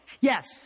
yes